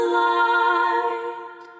light